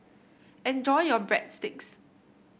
enjoy your Breadsticks